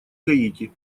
гаити